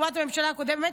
לעומת הממשלה הקודמת,